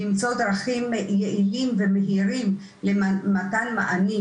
למצוא דרכים יעילות ומהירות למתן מענים,